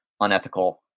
unethical